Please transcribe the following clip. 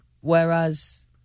whereas